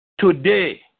today